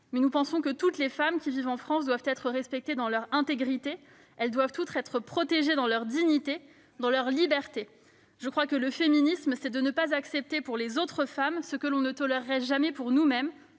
Nous pensons que toutes les femmes qui vivent en France doivent être respectées dans leur intégrité. Elles doivent toutes être protégées dans leur dignité, dans leur liberté. Le féminisme, c'est de ne pas accepter pour les autres femmes ce que l'on ne tolérerait jamais pour nous-mêmes,